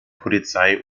polizei